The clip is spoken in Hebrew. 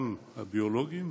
גם הביולוגיים,